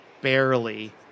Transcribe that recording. barely